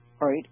Right